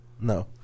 No